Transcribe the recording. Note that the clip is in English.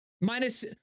minus